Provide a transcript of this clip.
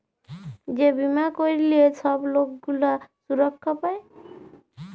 যে বীমা ক্যইরলে ছব লক গুলা সুরক্ষা পায়